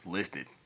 Listed